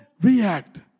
react